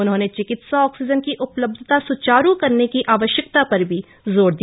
उन्होंने चिकित्सा ऑक्सीजन की उपलब्धता सुचारू करने की आवश्यकता पर भी जोर दिया